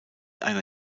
einer